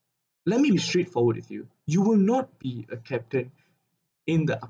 let me be straightforward with you you will not be a captain in the